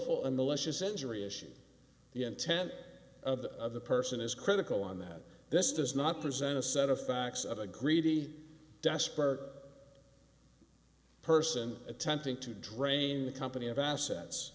and malicious injury issues the intent of the person is critical on that this does not present a set of facts of a greedy desperate person attempting to drain the company of assets